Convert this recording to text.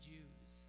Jews